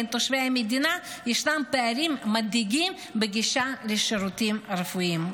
בין תושבי המדינה ישנם פערים מדאיגים בגישה לשירותים רפואיים,